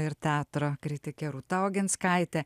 ir teatro kritikė rūta oginskaitė